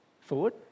Forward